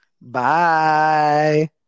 Bye